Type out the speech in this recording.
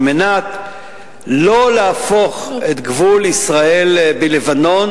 על מנת שלא להפוך את גבול ישראל ולבנון